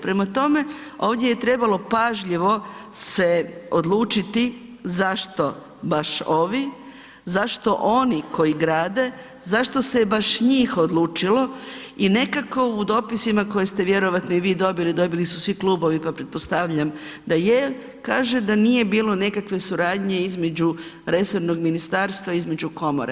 Prema tome, ovdje je trebalo pažljivo se odlučiti zašto baš ovi zašto oni koji grade, zašto se je baš njih odlučilo i nekako u dopisima koje ste vjerojatno i vi dobili, dobili su svi klubovi pa pretpostavljam da je, kaže da nije bilo nekakve suradnje između resornog ministarstva, između komora.